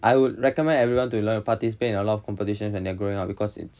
I would recommend everyone to like participate in a lot of competitions when they are growing up because it's